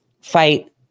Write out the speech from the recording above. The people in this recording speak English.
fight